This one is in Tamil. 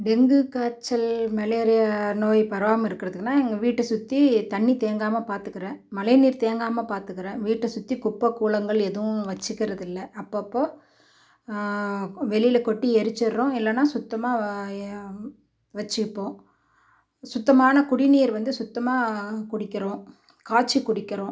டெங்கு காய்ச்சல் மலேரியா நோய் பரவாமல் இருக்கிறதுக்குனா எங்கள் வீட்டை சுற்றி தண்ணி தேங்காமல் பார்த்துக்குறேன் மழை நீர் தேங்காமல் பார்த்துக்குறேன் வீட்டை சுற்றி குப்பைகூளங்கள் எதுவும் வச்சுக்கிறதில்ல அப்பப்போது வெளியில் கொட்டி எரிச்சுட்றோம் இல்லைனா சுத்தமாக வச்சுப்போம் சுத்தமான குடிநீர் வந்து சுத்தமாக குடிக்கிறோம் காய்ச்சி குடிக்கிறோம்